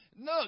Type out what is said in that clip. Look